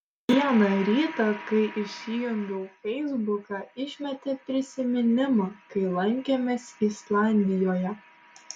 vieną rytą kai įsijungiau feisbuką išmetė prisiminimą kai lankėmės islandijoje